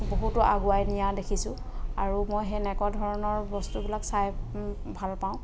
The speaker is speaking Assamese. বহুতো আগুৱাই নিয়া দেখিছোঁ আৰু মই সেনেকুৱা ধৰণৰ বস্তু বিলাক চাই ভাল পাওঁ